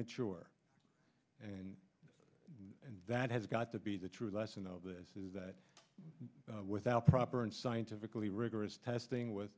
mature and that has got to be the true lesson of this is that without proper and scientifically rigorous testing with